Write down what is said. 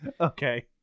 Okay